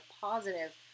positive